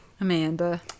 Amanda